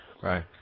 Right